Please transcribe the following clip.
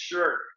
Sure